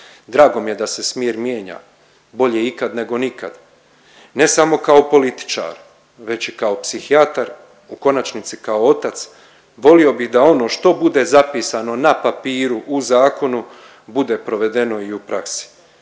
drago mi je da se smjer mijenja. Bolje ikad nego nikad, ne samo kao političar već i kao psihijatar. U konačnici kao otac, volio bih da ono što bude zapisano na papiru u zakonu bude provedeno i u praksi.